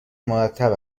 مرتب